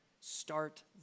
start